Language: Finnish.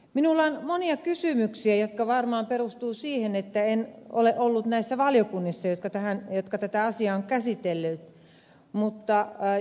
minulla on monia kysymyksiä jotka varmaan perustuvat siihen että en ole ollut näissä valiokunnissa jotka tätä asiaa ovat käsitelleet